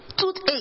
toothache